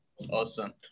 Awesome